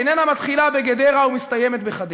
איננה מתחילה בגדרה ומסתיימת בחדרה.